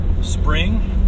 spring